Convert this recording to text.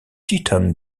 titan